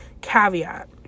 Caveat